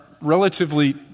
relatively